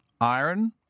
Iron